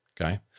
Okay